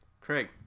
Craig